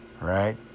right